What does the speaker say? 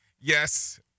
yes